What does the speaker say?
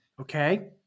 okay